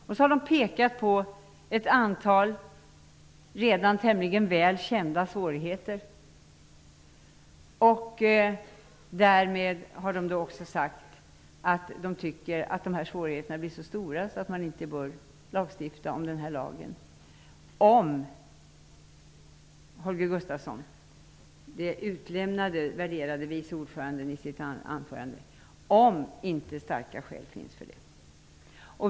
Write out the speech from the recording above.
Lagrådet har pekat på ett antal redan tämligen väl kända svårigheter och har sagt att det kan bli så stora svårigheter att man inte bör lagstifta i den här frågan, om det inte finns starka skäl för det. Det sistnämnda utelämnade Holger Gustafsson, den värderade vice ordföranden, i sitt anförande.